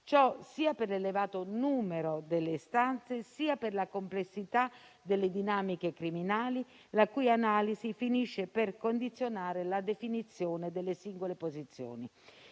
ciò sia per l'elevato numero delle istanze, sia per la complessità delle dinamiche criminali, la cui analisi finisce per condizionare la definizione delle singole posizioni.